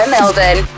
Melbourne